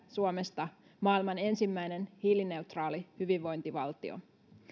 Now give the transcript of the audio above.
suomesta maailman ensimmäinen hiilineutraali hyvinvointivaltio